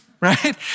Right